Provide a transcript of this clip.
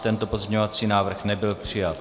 Tento pozměňovací návrh nebyl přijat.